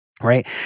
Right